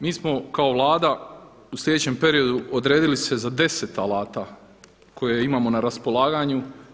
Mi smo kao Vlada u sljedećem periodu odredili se za 10 alata koje imamo na raspolaganju.